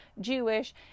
Jewish